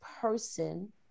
person